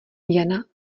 jana